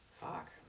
fuck